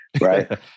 right